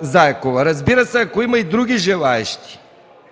Заякова. Разбира се, ако има и други желаещи,